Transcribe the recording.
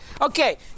Okay